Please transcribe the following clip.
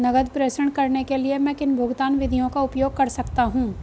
नकद प्रेषण करने के लिए मैं किन भुगतान विधियों का उपयोग कर सकता हूँ?